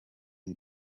and